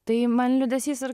tai man liūdesys ir